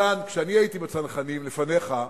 מתן, כשאני הייתי בצנחנים, לפניך,